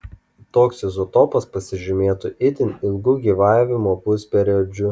toks izotopas pasižymėtų itin ilgu gyvavimo pusperiodžiu